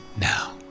Now